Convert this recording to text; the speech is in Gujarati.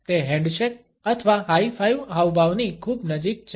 તે હેન્ડશેક અથવા હાય ફાઇવ હાવભાવની ખૂબ નજીક છે